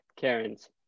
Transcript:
Karens